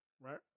Right